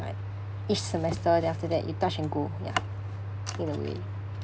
like each semester then after that you touch and go ya in a way